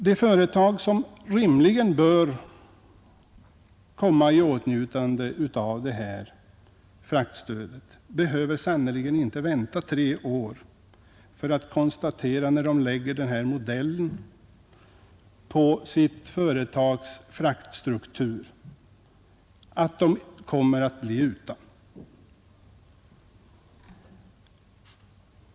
De företag som rimligen bör komma i åtnjutande av fraktstödet behöver sannerligen inte vänta tre år för att konstatera, när de gör upp modellen på sitt företags fraktstruktur, att de kommer att bli utan stöd.